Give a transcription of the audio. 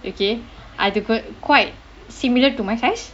okay அது:athu quite similar to my size